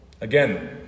Again